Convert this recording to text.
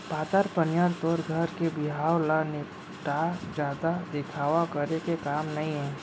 पातर पनियर तोर घर के बिहाव ल निपटा, जादा दिखावा करे के काम नइये